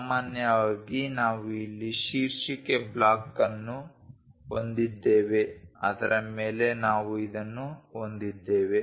ಸಾಮಾನ್ಯವಾಗಿ ನಾವು ಇಲ್ಲಿ ಶೀರ್ಷಿಕೆ ಬ್ಲಾಕ್ ಅನ್ನು ಹೊಂದಿದ್ದೇವೆ ಅದರ ಮೇಲೆ ನಾವು ಇದನ್ನು ಹೊಂದಿದ್ದೇವೆ